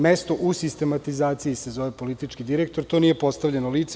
Mesto u sistematizaciji se zove politički direktor, to nije postavljeno lice.